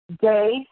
day